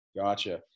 Gotcha